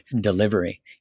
delivery